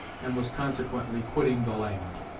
and was consequently quitting the land.